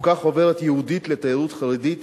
הופקה חוברת ייעודית לתיירות חרדית,